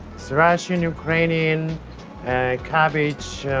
it's russian, ukrainian, and cabbage,